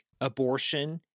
abortion